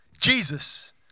Jesus